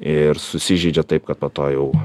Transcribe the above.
ir susižeidžia taip kad po to jau